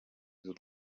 z’u